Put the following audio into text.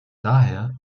daher